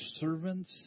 servants